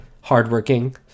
hardworking